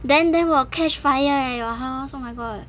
then then will catch fire eh your house oh my god